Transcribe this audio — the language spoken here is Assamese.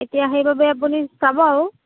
এতিয়া সেইবাবে আপুনি চাব আৰু